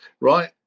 right